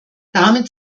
damit